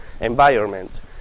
environment